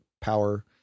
power